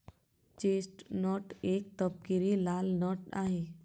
chestnut एक तपकिरी लाल नट आहे